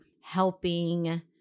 helping